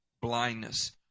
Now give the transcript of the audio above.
Blindness